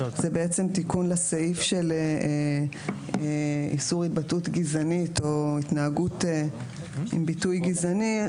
זה תיקון לסעיף של איסור התבטאות גזענית או התנהגות עם ביטוי גזעני.